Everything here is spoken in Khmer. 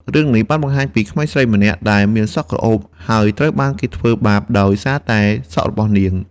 រឿងនេះបានបង្ហាញពីក្មេងស្រីម្នាក់ដែលមានសក់ក្រអូប ហើយត្រូវបានគេធ្វើបាបដោយសារតែសក់របស់នាង។